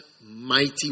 mighty